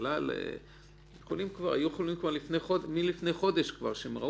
היה יכול כבר לפני חודש,